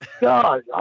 God